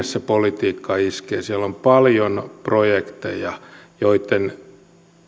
se yhdysvaltain politiikka iskee siellä on paljon projekteja joitten